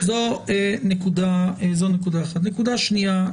נקודה שנייה.